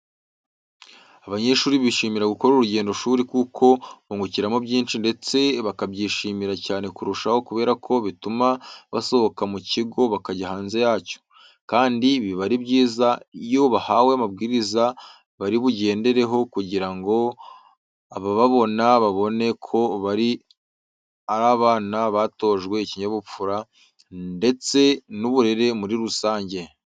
Abanyeshuri bishimira gukora urugendoshuri kuko bungukiramo byinshi ndetse bakabyishimira cyane kurushaho kubera ko bituma basohoka mu kigo bakajya hanze yacyo. Kandi biba ari byiza iyo bahawe amabwiriza bari bugendereho kugira ngo abababona babone ko ari abana batojwe ikinyabupfura ndetse n'uburere muri rusange.